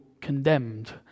condemned